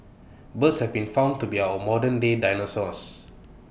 birds have been found to be our modernday dinosaurs